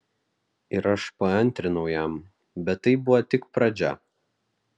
ir aš paantrinau jam bet tai buvo tik pradžia